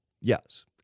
yes